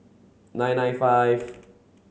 nine nine five